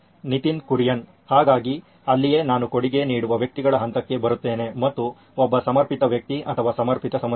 ನಿತಿನ್ ಕುರಿಯನ್ ಹಾಗಾಗಿ ಅಲ್ಲಿಯೇ ನಾನು ಕೊಡುಗೆ ನೀಡುವ ವ್ಯಕ್ತಿಗಳ ಹಂತಕ್ಕೆ ಬರುತ್ತೇನೆ ಮತ್ತು ಒಬ್ಬ ಸಮರ್ಪಿತ ವ್ಯಕ್ತಿ ಅಥವಾ ಸಮರ್ಪಿತ ಸಂಸ್ಥೆ